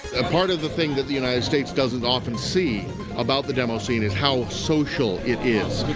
a part of the thing that the united states doesn't often see about the demoscene is how social it is.